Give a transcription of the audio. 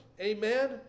Amen